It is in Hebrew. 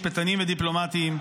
משפטנים ודיפלומטים,